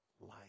life